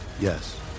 Yes